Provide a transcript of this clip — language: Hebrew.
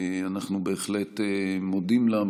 אנחנו בהחלט מודים לה,